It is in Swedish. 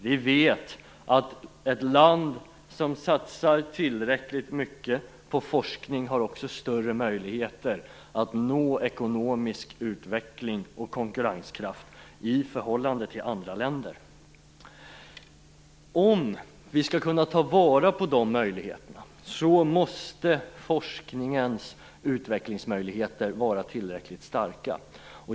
Vi vet att ett land som satsar tillräckligt mycket på forskning också har större möjligheter att nå ekonomisk utveckling och konkurrenskraft i förhållande till andra länder. Om vi skall kunna ta vara på dessa möjligheter, måste forskningens utvecklingsmöjligheter vara tillräckligt starka.